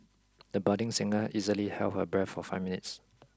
the budding singer easily held her breath for five minutes